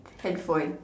handphone